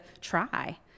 try